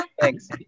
thanks